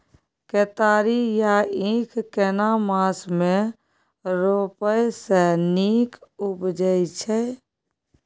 केतारी या ईख केना मास में रोपय से नीक उपजय छै?